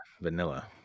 vanilla